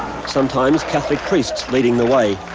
sometimes catholic priests leading the way.